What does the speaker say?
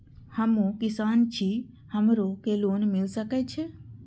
हमू किसान छी हमरो के लोन मिल सके छे?